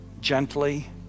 gently